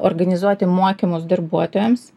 organizuoti mokymus darbuotojams